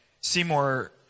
Seymour